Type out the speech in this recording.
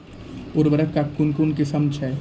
उर्वरक कऽ कून कून किस्म छै?